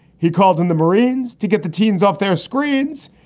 he called in the marines to get the teens off their screens,